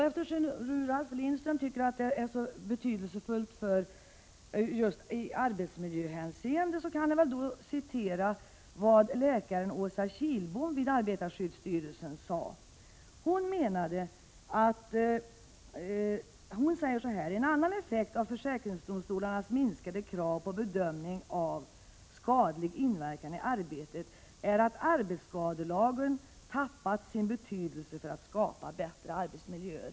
Eftersom Ralf Lindström tycker att det är så betydelsefullt i arbetsmiljöhänseende kan jag återge vad läkaren Åsa Kihlbom vid arbetarskyddsstyrelsen sade: En annan effekt av försäkringsdomstolarnas minskade krav på bedömning av skadlig inverkan i arbetet är att arbetsskadelagen tappat sin betydelse för att skapa bättre arbetsmiljöer.